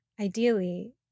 Ideally